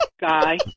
guy